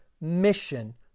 mission